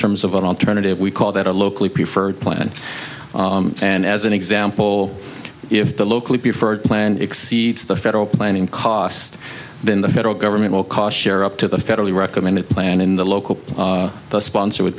terms of an alternative we call that a locally preferred plan and as an example if the locally preferred plan exceeds the federal planning cost than the federal government will cost share up to the federally recommended plan in the local sponsor would